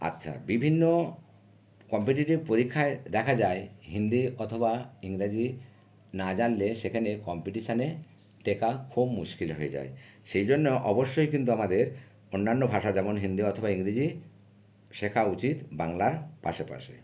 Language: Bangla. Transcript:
আচ্ছা বিভিন্ন কম্পিটিটিভ পরীক্ষায় দেখা যায় হিন্দি অথবা ইংরাজি না জানলে সেখানে কম্পিটিশানে টেকা খুব মুশকিল হয়ে যায় সেই জন্য অবশ্যই কিন্তু আমাদের অন্যান্য ভাষা যেমন হিন্দি অথবা ইংরিজি শেখা উচিত বাংলার পাশে পাশে